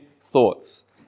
thoughts